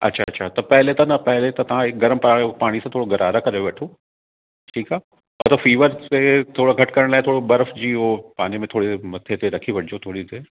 अच्छा अच्छा त पहिरीं त न पहिरीं त तव्हां गरम पा पाणीअ सां थोरो गरारा करे वठो ठीकु आहे हो त फ़ीवर खे थोरो घटि करण लाइ थोरो बर्फ़ु जी ओ पाणी में थोरी देरि मथे ते रखी वठिजो थोरी देरि